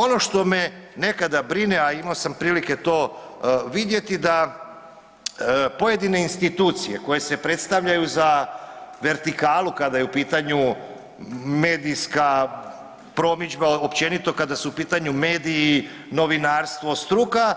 Ono što me nekada brine, a imao sam prilike to vidjeti da pojedine institucije koje se predstavljaju za vertikalu kada je u pitanju medijska promidžba, općenito kada su u pitanju mediji, novinarstvo, struka